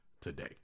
today